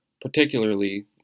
particularly